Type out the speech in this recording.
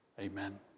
amen